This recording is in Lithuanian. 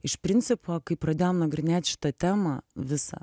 iš principo kai pradėjom nagrinėt šitą temą visą